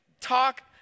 talk